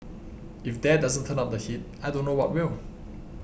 if that doesn't turn up the heat I don't know what will